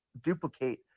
duplicate